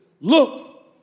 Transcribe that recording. Look